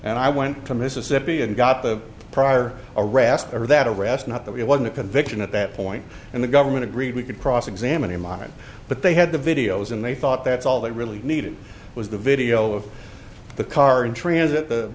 and i went to mississippi and got the prior arrest or that arrest not that it wasn't a conviction at that point and the government agreed we could cross examine him on it but they had the videos and they thought that's all they really needed was the video of the car in transit the